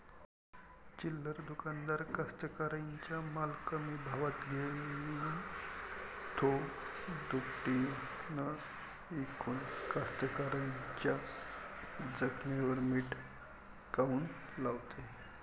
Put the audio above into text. चिल्लर दुकानदार कास्तकाराइच्या माल कमी भावात घेऊन थो दुपटीनं इकून कास्तकाराइच्या जखमेवर मीठ काऊन लावते?